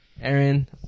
Aaron